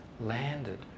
landed